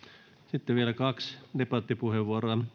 sitten vielä kaksi debattipuheenvuoroa